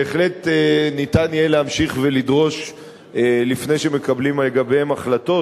בהחלט ניתן יהיה להמשיך ולדרוש לפני שמקבלים לגביהם החלטות,